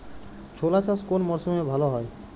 ছোলা চাষ কোন মরশুমে ভালো হয়?